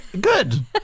Good